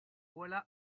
voilà